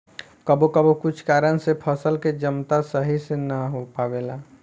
कबो कबो कुछ कारन से फसल के जमता सही से ना हो पावेला